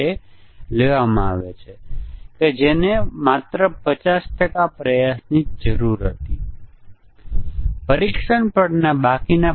આપણે ખરેખર આને રજૂ કરી શકતા નથી અને તે પ્રકારના દોષો માટે ચાલો અલ્ગોરિધમનો દોષ કહીએ અને કપલીગ ઈફેક્ટ ખરેખર પકડી શકે નહીં